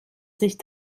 sich